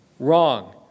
wrong